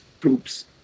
troops